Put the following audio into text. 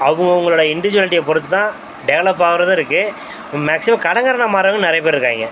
அவங்கவுங்களோட இண்டிவிஜுவாலிட்டியை பொறுத்து தான் டெவலப் ஆகறதும் இருக்கு மேக்ஸிமம் கடன்காரனாக மார்றவுங்க நிறைய பேர் இருக்காய்ங்க